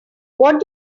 what